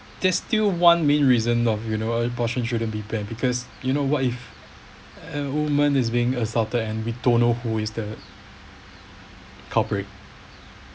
there's still one main reason you know abortion shouldn't be banned because you know what if a woman is being assaulted and we don't know who is the culprit